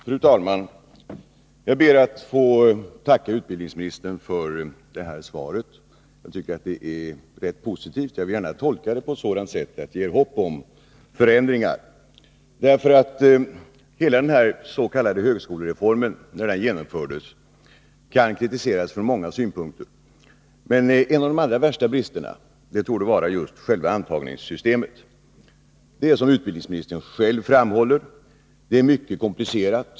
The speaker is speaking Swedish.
Fru talman! Jag ber att få tacka utbildningsministern för svaret. Jag tycker att det är ganska positivt, och jag vill gärna tolka det på ett sådant sätt att det ger hopp om förändringar. Hela den här s.k. högskolereformen som Nr 21 genomförts kan nämligen kritiseras från många utgångspunkter. En av de allra värsta bristerna i reformen torde vara just själva antagningssystemet. Det är, som utbildningsministern själv framhåller, mycket komplicerat.